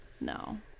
no